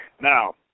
Now